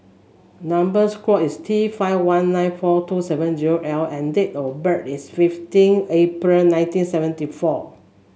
number square is T five one nine four two seven zero L and date of birth is fifteen April nineteen seventy four